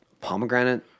pomegranate